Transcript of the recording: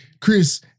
Chris